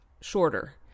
shorter